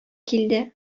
килде